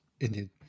Indeed